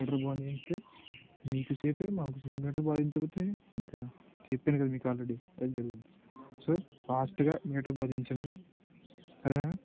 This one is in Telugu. మీటర్ బాగు చేయిస్తే మీకు సేఫే మాకు సేఫే మీటర్ బాగు చేయించకపోతే ఇంకా చెప్పాను కద మీకు ఆల్రెడీ అది జరుగుద్ది సో ఫాస్ట్గా మీటర్ బాగుచేయించండి సరేనా